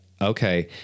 Okay